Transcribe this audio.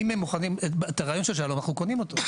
את הרעיון של שלום אנחנו קונים אותו.